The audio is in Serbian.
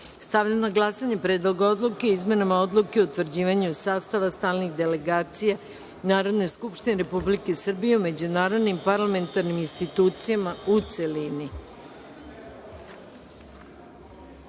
odluke. Stavljam na glasanje Predlog odluke o izmenama Odluke o utvrđivanju sastava stalnih delegacija Narodne skupštine Republike Srbije u međunarodnim parlamentarnim institucijama, u